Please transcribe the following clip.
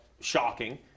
Shocking